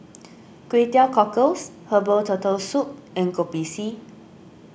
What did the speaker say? Kway Teow Cockles Herbal Turtle Soup and Kopi C